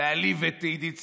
להעליב את עידית סילמן.